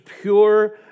pure